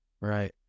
Right